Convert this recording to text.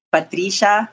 Patricia